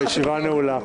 הישיבה נעולה.